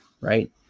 right